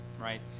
right